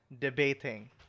debating